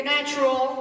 natural